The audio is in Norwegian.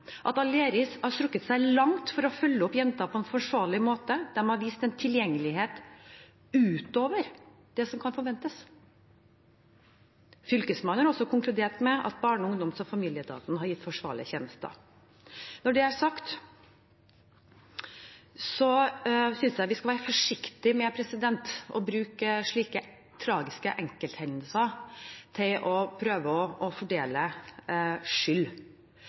at Aleris har strukket seg langt for å følge opp jenta på en forsvarlig måte. De har vist en tilgjengelighet ut over det som kan forventes. Fylkesmannen har også konkludert med at barne-, ungdoms- og familieetaten har gitt forsvarlige tjenester. Når det er sagt, synes jeg vi skal være forsiktige med å bruke slike tragiske enkelthendelser til å prøve å fordele skyld.